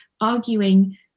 arguing